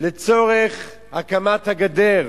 לצורך הקמת הגדר,